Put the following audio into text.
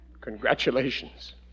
Congratulations